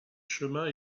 chemins